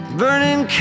burning